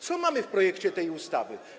Co mamy w projekcie tej ustawy?